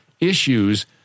issues